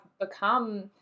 become